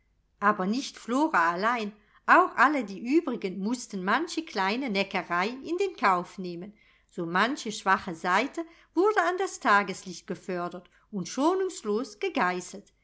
aber nicht flora allein auch all die übrigen mußten manche kleine neckerei in den kauf nehmen so manche schwache seite wurde an das tageslicht gefördert und schonungslos gegeißelt